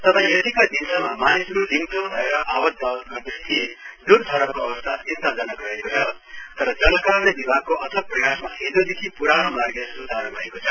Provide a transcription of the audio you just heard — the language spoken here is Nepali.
तथा यतिका दिनसम्म मानिसहरू लिङचोम भएर आवात जावत गर्दै थिए जुन सडकको अवस्था चिन्ताजनक रहेको छ तर जनकार्य विभागको अथक प्रयासमा हिजोदेखि पुरानो मार्ग सुचारू भएको छ